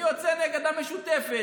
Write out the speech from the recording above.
מי יוצא נגד המשותפת,